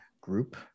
group